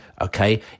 okay